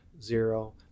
zero